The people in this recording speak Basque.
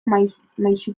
maisutasunez